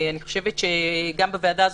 אני חושבת שגם בוועדה הזאת,